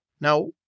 Now